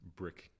brick